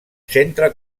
centre